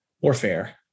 warfare